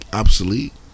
obsolete